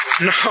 No